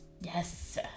Yes